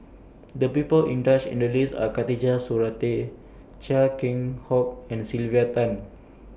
The People in Does in The list Are Khatijah Surattee Chia Keng Hock and Sylvia Tan